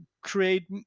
create